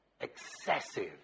Excessive